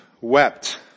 wept